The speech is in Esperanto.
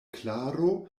klaro